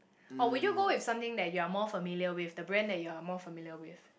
or would you go with something that you are more familiar the brand that you are more familiar with